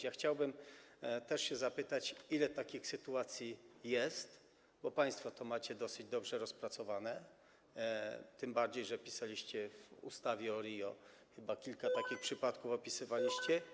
Ja chciałbym też zapytać, ile jest takich sytuacji, bo państwo to macie dosyć dobrze rozpracowane, tym bardziej że pisaliście o tym w ustawie o RIO, chyba kilka takich przypadków tam opisywaliście.